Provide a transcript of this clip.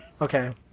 okay